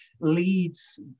leads